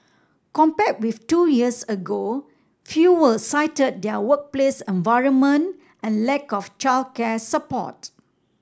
compared with two years ago fewer cited their workplace environment and lack of childcare support